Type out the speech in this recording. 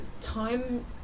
time